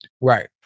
Right